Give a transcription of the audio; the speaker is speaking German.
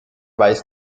weiß